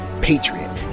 patriot